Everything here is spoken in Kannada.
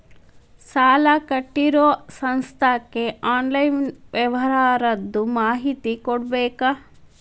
ಸಾಲಾ ಕೊಟ್ಟಿರೋ ಸಂಸ್ಥಾಕ್ಕೆ ಆನ್ಲೈನ್ ವ್ಯವಹಾರದ್ದು ಮಾಹಿತಿ ಕೊಡಬೇಕಾ?